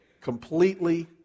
completely